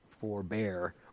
forbear